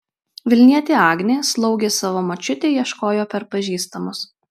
vilnietė agnė slaugės savo močiutei ieškojo per pažįstamus